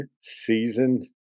season